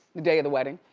the day of the wedding,